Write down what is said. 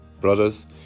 Brothers